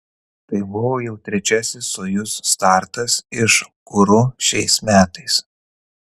tai buvo jau trečiasis sojuz startas iš kuru šiais metais